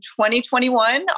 2021